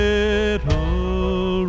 Little